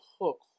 hook